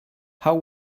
how